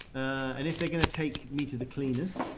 and if they're going to take me to the cleaners,